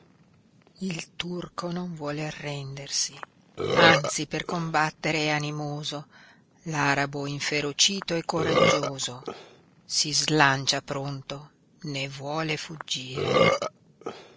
il turco non vuole arrendersi anzi per combattere è animoso l'arabo inferocito è coraggioso si slancia pronto né vuole fuggire